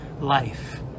life